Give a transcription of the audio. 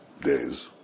days